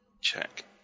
check